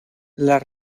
las